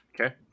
okay